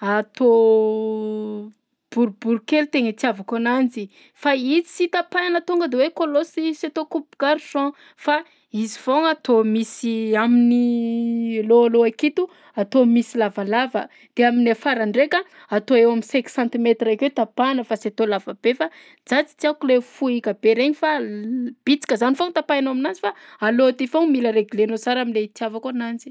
atao boribory kely tegna itiavako ananjy fa i tsy tapahana tonga de hoe kôlôsy sy atao coupe garçon fa izy foagna atao misy amin'ny alôhalôha aketo atao misy lavalava de amin'ny afara ndraika atao eo am'cinq centimètres akeo tapahana fa sy atao lavabe fa za tsy tiako le fohika be regny fa l- bitikazany foagna tapahinao aminazy fa alôha ty foagna mila reglenao sar am'le itiavako ananjy.